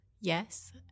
Yes